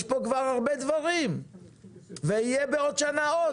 יש כאן הרבה דברים ובעוד שנה יהיו עוד.